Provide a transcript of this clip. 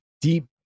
deep